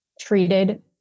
treated